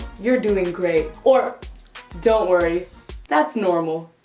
you're doing great or don't worry that's normal.